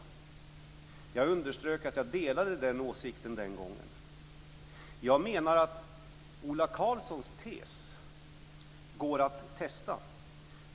Den gången underströk jag att jag delade den åsikten. Jag menar att Ola Karlssons tes går att testa.